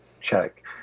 check